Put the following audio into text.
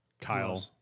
Kyle